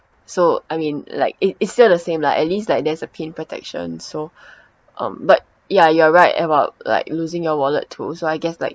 so I mean like it it's still the same lah at least like there's a pin protection so um but yeah you're right about like losing your wallet too so I guess like